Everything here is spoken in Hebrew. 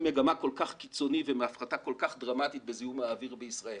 מגמה כל כך קיצוני ומהפחתה כל כך דרמטית בזיהום האוויר בישראל.